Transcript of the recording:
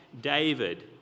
David